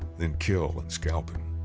then kill and scalp him.